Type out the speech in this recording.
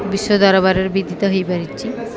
ବିଶ୍ୱ ଦରବାରରେ ବିଦିତ ହେଇପାରିଛି